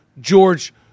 George